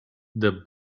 the